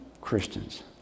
Christians